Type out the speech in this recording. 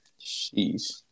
Jeez